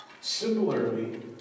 Similarly